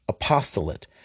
apostolate